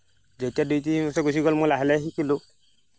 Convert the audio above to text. যেতিয়া দুই তিনি বছৰ গুচি গ'ল মই লাহে লাহে শিকিলোঁ